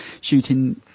shooting